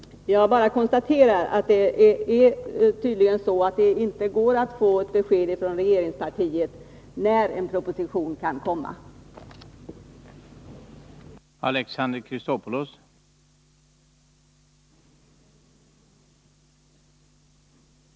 Jag kan bara konstatera att det tydligen inte går att få besked från regeringskansliet om när en proposition kan komma att läggas fram.